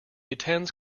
attends